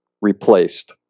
replaced